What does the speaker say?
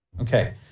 Okay